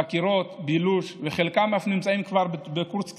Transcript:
חקירות, בילוש, וחלקם אף נמצאים כבר בקורס קצינים.